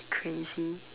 crazy